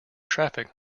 traffic